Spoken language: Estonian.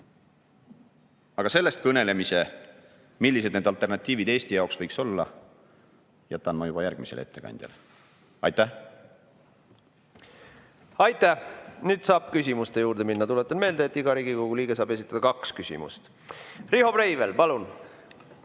Aga sellest kõnelemise, millised need alternatiivid Eesti jaoks võiks olla, jätan ma juba järgmisele ettekandjale. Aitäh! Aitäh! Nüüd saab küsimuste juurde minna. Tuletan meelde, et iga Riigikogu liige saab esitada kaks küsimust. Riho Breivel, palun!